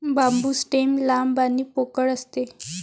बांबू stem लांब आणि पोकळ असते